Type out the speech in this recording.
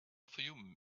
fayoum